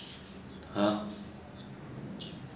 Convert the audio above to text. !huh!